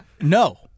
No